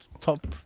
top